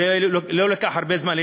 זה לא לקח הרבה זמן,